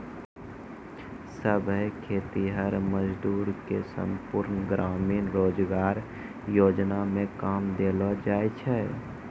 सभै खेतीहर मजदूर के संपूर्ण ग्रामीण रोजगार योजना मे काम देलो जाय छै